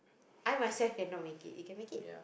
I myself cannot make it you can make it